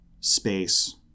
space